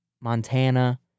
Montana